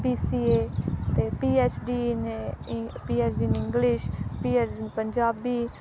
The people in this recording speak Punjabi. ਬੀ ਸੀ ਏ ਅਤੇ P H D in a P H D in English P H D in Punjabi